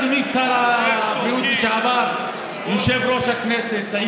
אדוני שר הבריאות ויושב-ראש הכנסת לשעבר?